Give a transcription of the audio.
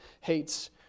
hates